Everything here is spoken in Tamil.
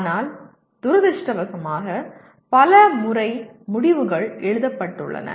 ஆனால் துரதிர்ஷ்டவசமாக பல முறை முடிவுகள் எழுதப்பட்டுள்ளன